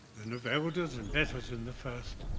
than of elders and betters in the first